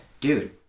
dude